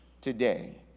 today